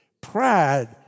Pride